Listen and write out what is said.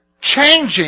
changing